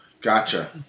Gotcha